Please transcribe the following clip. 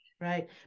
right